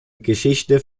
geschichte